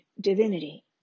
divinity